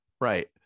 right